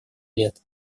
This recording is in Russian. лет